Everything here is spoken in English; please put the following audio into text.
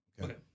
Okay